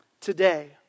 Today